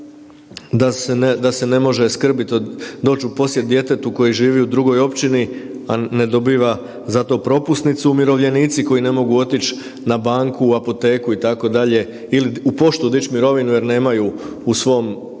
da se ne može skrbiti, doći u posjet djetetu koje živi u drugoj općini, a ne dobiva za to propusnicu. Umirovljenici koji ne mogu otići na banku, u apoteku, itd., ili u poštu dići mirovinu jer nemaju u svom mjestu